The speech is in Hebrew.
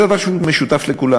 זה דבר שהוא משותף לכולנו.